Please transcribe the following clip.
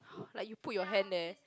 like you put your hand there